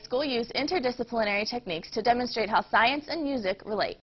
school years interdisciplinary techniques to demonstrate how science and music really